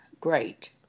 great